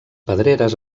pedreres